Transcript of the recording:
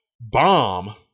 bomb